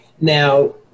Now